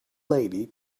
lady